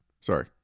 Sorry